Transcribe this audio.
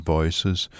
Voices